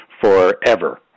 forever